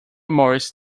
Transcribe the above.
moris